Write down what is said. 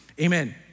Amen